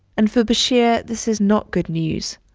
and for bashir, this is not good news.